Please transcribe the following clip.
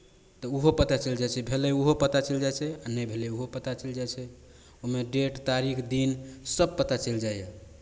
तऽ ओहो पता चलि जाइ छै भेलै ओहो पता चलि जाइ छै आ नहि भेलै ओहो पता चलि जाइ छै ओहिमे डेट तारीख दिन सभ पता चलि जाइए